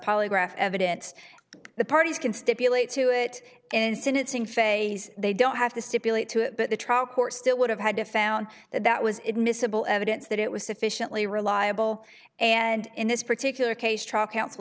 polygraph evidence the parties can stipulate to it and syncing phase they don't have to stipulate to it but the trial court still would have had to found that that was it miscible evidence that it was sufficiently reliable and in this particular case truck counsel